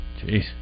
Jeez